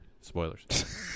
Spoilers